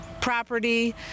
property